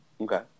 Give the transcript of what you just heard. Okay